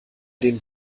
den